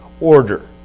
order